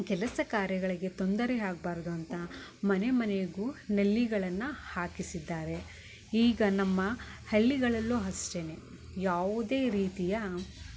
ಕೆಲಸ ಕಾರ್ಯಗಳಿಗೆ ತೊಂದರೆ ಆಗ್ಬಾರದು ಅಂತ ಮನೆ ಮನೆಗು ನಲ್ಲಿಗಳನ್ನ ಹಾಕಿಸಿದ್ದಾರೆ ಈಗ ನಮ್ಮ ಹಳ್ಳಿಗಳಲ್ಲೂ ಅಷ್ಟೇನೆ ಯಾವುದೇ ರೀತಿಯ